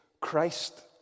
Christ